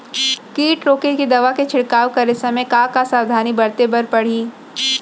किट रोके के दवा के छिड़काव करे समय, का का सावधानी बरते बर परही?